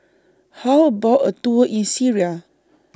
How about A Tour in Syria